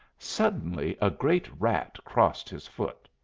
suddenly a great rat crossed his foot.